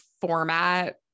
format